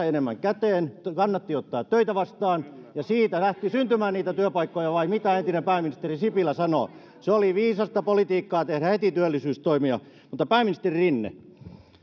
enemmän käteen kannatti ottaa töitä vastaan ja siitä lähti syntymään niitä työpaikkoja vai mitä entinen pääministeri sipilä sanoo se oli viisasta politiikkaa tehdä heti työllisyystoimia pääministeri rinne